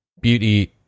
beauty